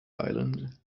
island